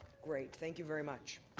great. thank you very much.